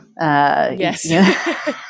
Yes